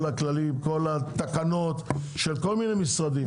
כל הכללים, כל התקנות של כל מיני משרדים.